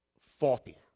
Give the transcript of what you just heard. faulty